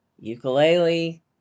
ukulele